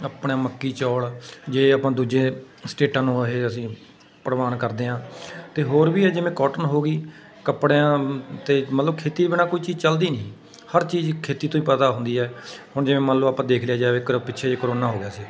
ਆਪਣਾ ਮੱਕੀ ਚੌਲ ਜੇ ਆਪਾਂ ਦੂਜੇ ਸਟੇਟਾਂ ਨੂੰ ਇਹ ਅਸੀਂ ਪ੍ਰਵਾਨ ਕਰਦੇ ਹਾਂ ਅਤੇ ਹੋਰ ਵੀ ਆ ਜਿਵੇਂ ਕੋਟਨ ਹੋ ਗਈ ਕੱਪੜਿਆਂ ਅਤੇ ਮਤਲਬ ਖੇਤੀ ਬਿਨਾਂ ਕੋਈ ਚੀਜ਼ ਚੱਲਦੀ ਨਹੀਂ ਹਰ ਚੀਜ਼ ਖੇਤੀ ਤੋਂ ਹੀ ਪੈਦਾ ਹੁੰਦੀ ਹੈ ਹੁਣ ਜਿਵੇਂ ਮੰਨ ਲਓ ਆਪਾਂ ਦੇਖ ਲਿਆ ਜਾਵੇ ਕੇਰਾਂ ਪਿੱਛੇ ਜਿਹੇ ਕਰੋਨਾ ਹੋ ਗਿਆ ਸੀ